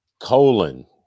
Colon